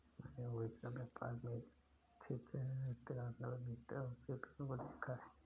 मैंने उड़ीसा में पार्क में स्थित तिरानवे मीटर ऊंचे पेड़ को देखा है